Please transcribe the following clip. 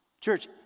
Church